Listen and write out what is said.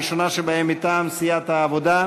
הראשונה שבהן, מטעם סיעת העבודה: